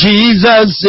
Jesus